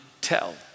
tell